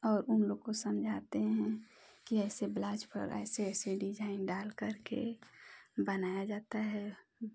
और उन लोग को समझाते हैं कि ऐसे ब्लाउज पर ऐसे ऐसे डिज़ाइन डाल करके बनाया जाता है